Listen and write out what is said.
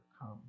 come